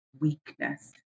weakness